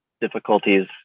difficulties